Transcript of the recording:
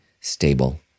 stable